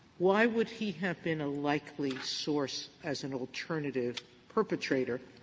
why would he have been a likely source as an alternative perpetrator,